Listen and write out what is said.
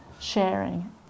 sharing